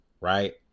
right